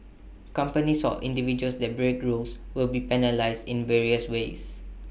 companies or individuals that break rules will be penalised in various ways